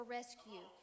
rescue